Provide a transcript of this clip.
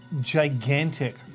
gigantic